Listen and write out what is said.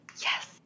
Yes